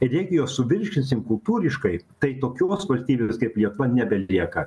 ir jeigu juos suvirškinsim kultūriškai tai tokios valstybės kaip lietuva nebelieka